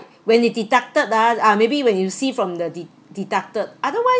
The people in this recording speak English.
when it deducted ah ah maybe when you see from the de~ deducted otherwise